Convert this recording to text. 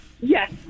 Yes